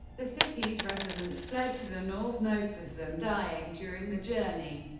the city's residents fled to the north, most of them dying during the journey,